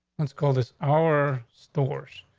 let's call this our stores.